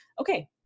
Okay